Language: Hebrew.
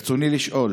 ברצוני לשאול: